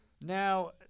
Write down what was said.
Now